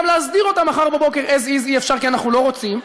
גם להסדיר אותם מחר בבוקר as is אי-אפשר כי אנחנו לא רוצים,